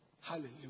Hallelujah